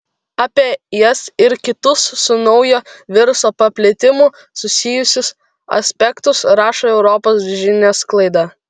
apie jas ir kitus su naujo viruso paplitimu susijusius aspektus rašo europos žiniasklaida